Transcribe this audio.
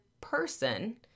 person